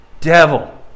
devil